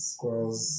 Squirrels